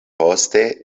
poste